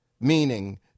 meaning